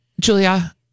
julia